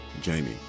Jamie